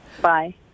Bye